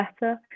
better